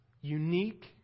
unique